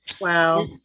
Wow